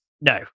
No